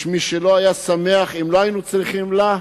יש מי שלא היה שמח אם לא היינו צריכים לה?